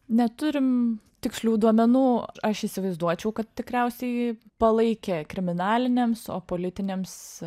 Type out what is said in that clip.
neturim tikslių duomenų aš įsivaizduočiau kad tikriausiai palaikė kriminaliniams o politiniams